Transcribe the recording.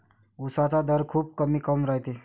उसाचा दर खूप कमी काऊन रायते?